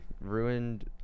ruined